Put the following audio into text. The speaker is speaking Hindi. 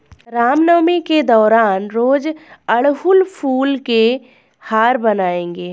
रामनवमी के दौरान रोज अड़हुल फूल के हार बनाएंगे